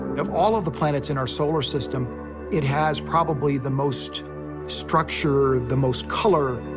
of all of the planets in our solar system it has probably the most structure the most color.